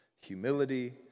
Humility